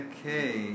Okay